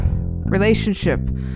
relationship